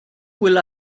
will